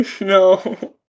No